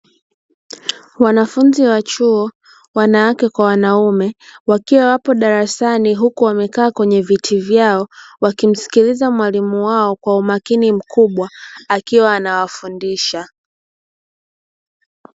Wanafunzi wa chuo wanawake kwa wanaume wakiwa wapo darasani, huku wamekaa kwenye viti vyao wakimsikiliza mwalimu wao kwa umakini mkubwa, akiwa anawafundisha.